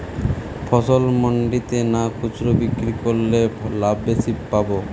ফসল মন্ডিতে না খুচরা বিক্রি করলে লাভ বেশি পাব?